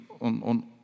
on